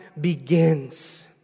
begins